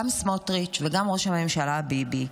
גם סמוטריץ' וגם ראש הממשלה ביבי,